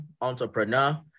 entrepreneur